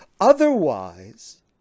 Otherwise